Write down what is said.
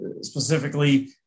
specifically